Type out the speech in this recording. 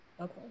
Okay